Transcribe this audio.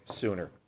sooner